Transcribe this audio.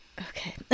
okay